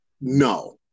No